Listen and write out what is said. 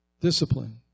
Discipline